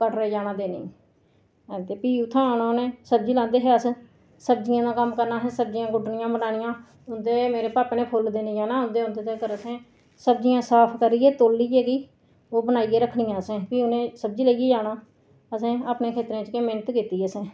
कटड़ा जाना देने गी ते फ्ही उत्थुआं औना सब्जी लांदे हे अस सब्जियें दा कम्म करना असें सब्जियां गुड्डनियां लगानियां जिन्ने मेरे भापा ने फुल्ल देने जाना उं'दे औंदे गी असें सब्जियां साफ करियै तोलियै ते ओह् बनाइयै रक्खनियां असें फ्ही उ'नें सब्जी लेइयै जाना असें अपने खेत्तरें च गै मैह्नत कीती असें